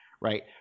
Right